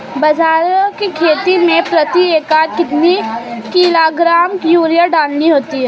बाजरे की खेती में प्रति एकड़ कितने किलोग्राम यूरिया डालनी होती है?